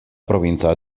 provinca